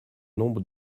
nombre